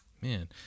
Man